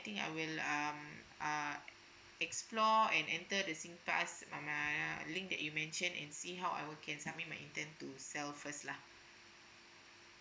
I will um uh explore and enter the singpass link that you mentioned and see how I would can submit my intend to sell first lah